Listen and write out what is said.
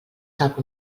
sap